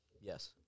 Yes